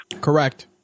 Correct